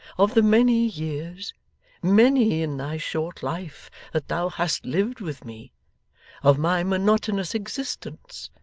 of the many years many in thy short life that thou has lived with me of my monotonous existence,